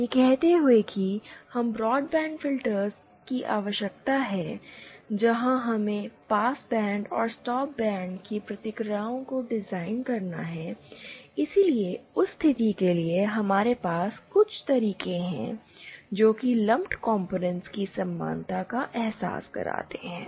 यह कहते हुए कि हमें ब्रॉडबैंड फिल्टर की आवश्यकता है जहां हमें पास बैंड और स्टॉप बैंड की प्रतिक्रियाओं को डिज़ाइन करना है इसलिए उस स्थिति के लिए हमारे पास कुछ तरीके हैं जो कि लंप्ड कॉम्पोनेंट्स की समानता का एहसास करते हैं